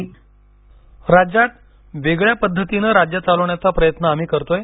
पवार राज्यात वेगळ्या पद्धतीने राज्य चालवण्याचा प्रयत्न आम्ही करतोय